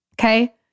Okay